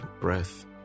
breath